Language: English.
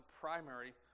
primary